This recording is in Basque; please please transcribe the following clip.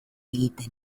egiten